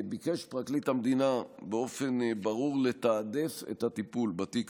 ביקש פרקליט המדינה באופן ברור לתעדף את הטיפול בתיק